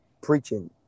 preaching